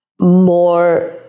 more